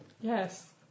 Yes